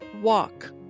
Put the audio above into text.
walk